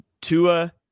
Tua